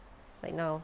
like now